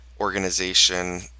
organization